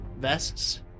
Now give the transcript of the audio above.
vests